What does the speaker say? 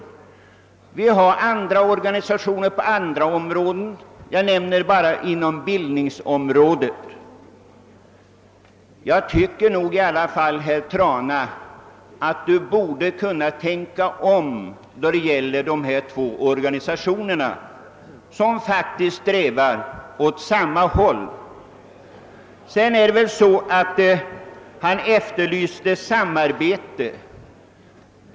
Men vi har flera organisationer på andra områden: t.ex. inom bildningsverksamheten. Jag tycker att herr Trana borde kunna tänka om när det gäller dessa två jägarorganisationer som faktiskt strävar åt samma håll. Vidare efterlyste herr Trana samarbete.